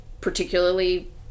particularly